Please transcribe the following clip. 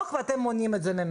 כן, אנחנו מודעים לזה.